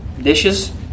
dishes